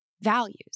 values